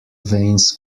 veins